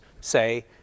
say